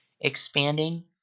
expanding